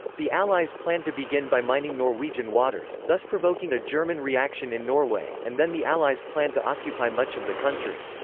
the allies planned to begin by mining norwegian waters, thus provoking a german reaction in norway, and then the allies planned to occupy much of the country.